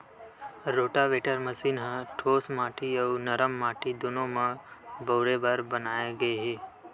rotavator machine ह ठोस माटी अउ नरम माटी दूनो म बउरे बर बनाए गे हे